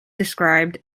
described